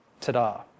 Ta-da